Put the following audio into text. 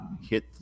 hit